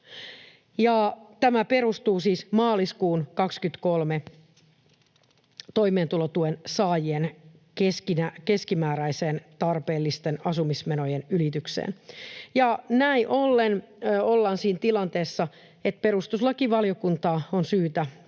Tämä perustuu siis maaliskuun 23 toimeentulotuen saajien keskimääräiseen tarpeellisten asumismenojen ylitykseen. Näin ollen ollaan siinä tilanteessa, että on syytä